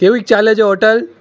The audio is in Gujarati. કેવીક ચાલે છે હોટલ